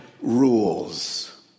rules